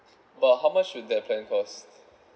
but how much will that plan cost